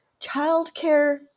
Childcare